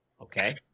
okay